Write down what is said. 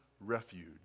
refuge